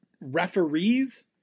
referees